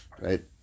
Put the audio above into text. right